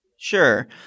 Sure